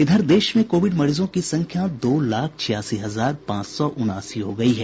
इधर देश में कोविड मरीजों की संख्या दो लाख छियासी हजार पांच सौ उनासी हो गई है